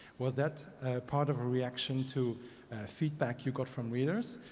was that part of a reaction to feedback you got from readers?